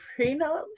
prenups